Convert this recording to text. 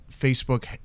Facebook